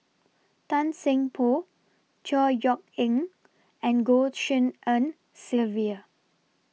Tan Seng Poh Chor Yeok Eng and Goh Tshin En Sylvia